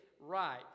Right